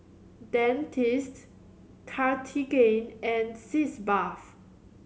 Dentiste Cartigain and Sitz Bath